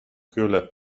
hewlett